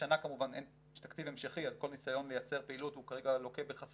השנה יש תקציב המשכי אז כל ניסיון לייצר פעילות הוא כרגע לוקה בחסר,